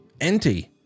Enti